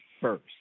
first